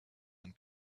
and